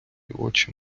очі